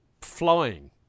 flying